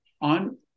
on